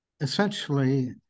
essentially